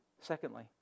Secondly